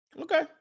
Okay